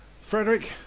Frederick